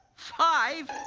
five,